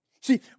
See